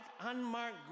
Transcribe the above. unmarked